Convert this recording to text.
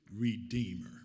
redeemer